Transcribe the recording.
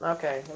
Okay